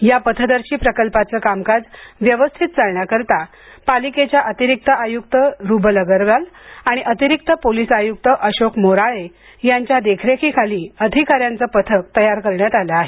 या पथदर्शी प्रकल्पाचे कामकाज व्यवस्थित चालण्याकरिता पालिकेच्या अतिरिक्त आयुक्त रुबल अगरवाल आणि अतिरिक्त पोलीस आयुक्त अशोक मोराळे यांच्या देखरेखीखाली अधिकाऱ्यांचे पथक तयार करण्यात आले आहे